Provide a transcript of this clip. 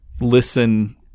listen